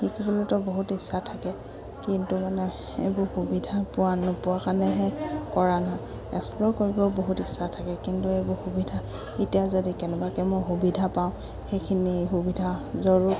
শিকিবলৈতো বহুত ইচ্ছা থাকে কিন্তু মানে এইবোৰ সুবিধা পোৱা নোপোৱাৰ কাৰণেহে কৰা নহয় এক্সপ্ল'ৰ কৰিব বহুত ইচ্ছা থাকে কিন্তু এইবোৰ সুবিধা এতিয়া যদি কেনেবাকৈ মই সুবিধা পাওঁ সেইখিনি সুবিধা জৰুৰ